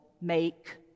make